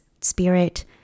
spirit